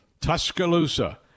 Tuscaloosa